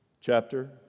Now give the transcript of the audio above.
Chapter